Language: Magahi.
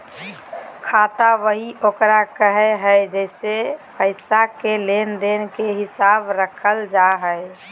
खाता बही ओकरा कहो हइ जेसे पैसा के लेन देन के हिसाब रखल जा हइ